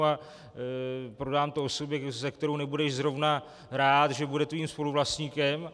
A prodám to osobě, se kterou nebudeš zrovna rád, že bude tvým spoluvlastníkem.